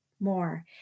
more